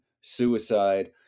suicide